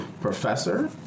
Professor